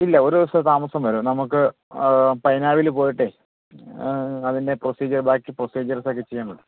ഇല്ല ഒരു ദിസത്തെ താമസം വരും നമുക്ക് പൈനാവിൽ പോയിട്ട് അതിൻ്റെ പ്രൊസീജിയർ ബാക്കി പ്രൊസീജിയേഴ്സൊക്കെ ചെയ്യുന്നുണ്ട്